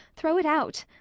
throw it out!